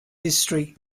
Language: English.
history